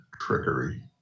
trickery